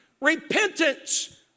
repentance